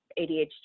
ADHD